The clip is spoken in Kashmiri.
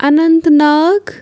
انت ناگ